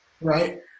right